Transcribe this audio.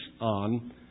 on